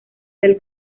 del